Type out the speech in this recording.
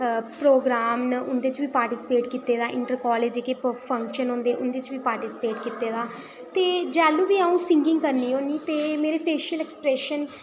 programme न उं'दे च बी पार्टिसिपेट कीते दा इंटर कॉलेज़ जेह्के फंक्शन होंदे उं'दे च बी पार्टिसिपेट कीते दा ते जैलूं बी अं'ऊ सिंगिंग करनी होनी ते मेरे फेशियल एक्सप्रैशन